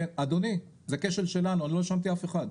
אדוני שהכשל שלנו אני לא האשמתי אף אחד,